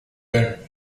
bend